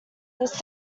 this